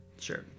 Sure